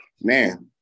man